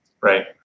Right